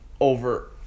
over